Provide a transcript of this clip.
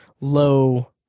low